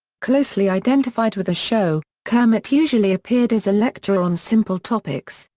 closely identified with the show, kermit usually appeared as a lecturer on simple topics,